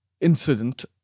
incident